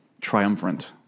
triumphant